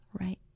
right